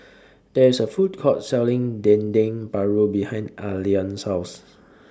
There IS A Food Court Selling Dendeng Paru behind Allean's House